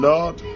Lord